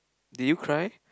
did you cry